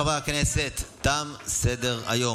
חברי הכנסת, תם סדר-היום.